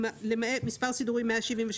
מספר סידורי 176,